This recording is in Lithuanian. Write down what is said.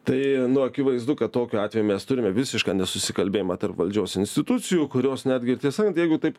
tai nu akivaizdu kad tokiu atveju mes turime visišką nesusikalbėjimą tarp valdžios institucijų kurios netgi ir tie sant jeigu taip